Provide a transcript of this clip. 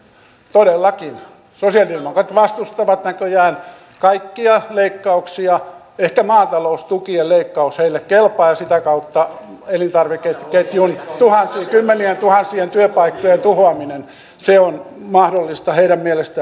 todellakin sosialidemokraatit vastustavat näköjään kaikkia leikkauksia ehkä maataloustukien leikkaus heille kelpaa ja sitä kautta elintarvikeketjun tuhansien kymmenientuhansien työpaikkojen tuhoaminen se on mahdollista heidän mielestään